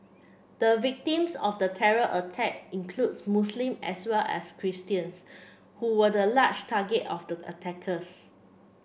the victims of the terror attack includes Muslim as well as Christians who were the large target of the attackers